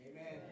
Amen